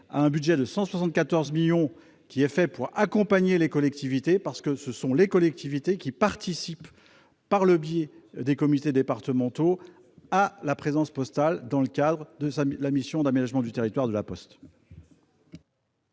un budget de 174 millions d'euros, pour accompagner les collectivités. Ce sont ces dernières qui participent, les comités départementaux, à la présence postale dans le cadre de la mission d'aménagement du territoire de La Poste.